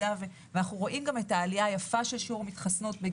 אנחנו גם רואים את העלייה היפה של שיעורי ההתחסנות.